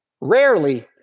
Rarely